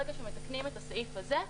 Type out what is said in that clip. ברגע שמתקנים את הסעיף הזה,